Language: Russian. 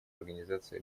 организации